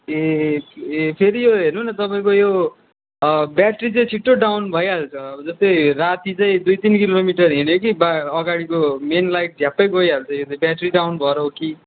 ए ए फेरि यो हेर्नु न तपाईँको यो अँ ब्याट्री चाहिँ छिट्टो डाउन भइहाल्छ जस्तै राति चाहिँ दुई तिन किलोमिटर हिँड्यो कि अगाडिको मेन लाइट झ्याप्पै गइहाल्छ यो चाहिँ ब्याट्रि डाउन भएर हो कि